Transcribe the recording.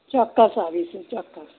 ચોક્કસ આવીશું ચોક્કસ